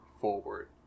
forward